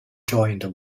joined